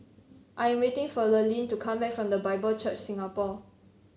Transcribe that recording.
I am waiting for Lurline to come back from The Bible Church Singapore